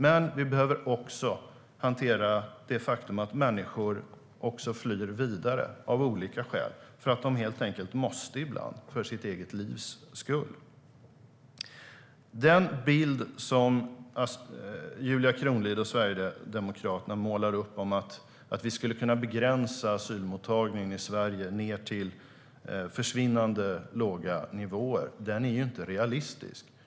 Men vi behöver också hantera det faktum att människor flyr vidare av olika skäl för att de helt enkelt ibland måste, för sitt eget livs skull. Den bild som Julia Kronlid och Sverigedemokraterna målar upp av att vi skulle kunna begränsa asylmottagningen i Sverige ned till försvinnande låga nivåer är inte realistisk.